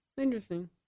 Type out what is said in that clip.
interesting